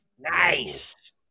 Nice